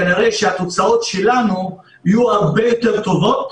כנראה שהתוצאות שלנו יהיו הרבה יותר טובות,